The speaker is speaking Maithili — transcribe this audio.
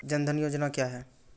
जन धन योजना क्या है?